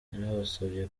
yanabasabye